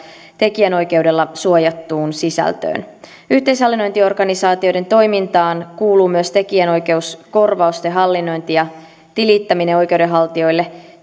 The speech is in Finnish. tekijänoikeudella suojattuun sisältöön yhteishallinnointiorganisaatioiden toimintaan kuuluu myös tekijänoikeuskorvausten hallinnointi ja tilittäminen oikeudenhaltijoille